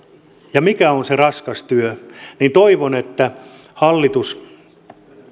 ja mikä on se raskas työ että hallitus